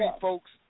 folks